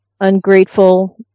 ungrateful